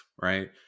right